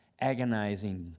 agonizing